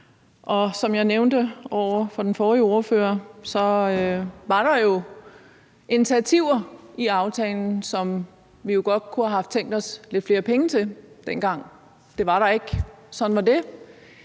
og som jeg nævnte over for den forrige ordfører, var der jo initiativer i aftalen, som vi godt kunne have haft tænkt os lidt flere penge til dengang. Det var der ikke. Sådan var det.